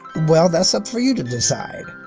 well, that's up for you to decide.